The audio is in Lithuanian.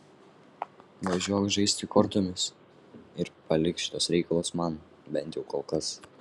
važiuok žaisti kortomis ir palik šituos reikalus man bent jau kol kas